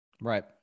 Right